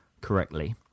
correctly